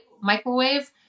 microwave